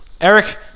Eric